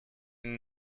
and